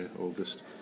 August